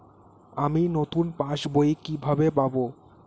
আমি নতুন পাস বই কিভাবে পাব?